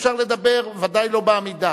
אי-אפשר לדבר, בוודאי לא בעמידה.